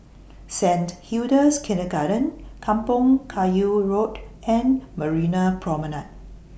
Saint Hilda's Kindergarten Kampong Kayu Road and Marina Promenade